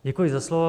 Děkuji za slovo.